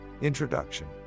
Introduction